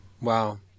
Wow